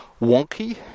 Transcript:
wonky